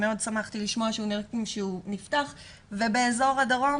מאוד שמחתי לשמוע שהוא נפתח ובאזור הדרום